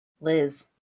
Liz